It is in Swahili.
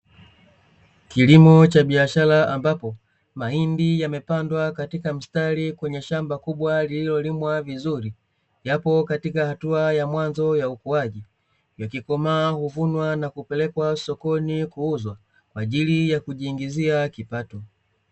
Kilimo cha biashara ambapo mahindi yamepandwa katika mstari, kwenye shamba kubwa lililolimwa vizuri, yapo katika hatua ya mwanzo ya ukuaji, yakikomaa huvunwa na kupelekwa sokoni kuuzwa kwa ajili ya kujiingizia kipato.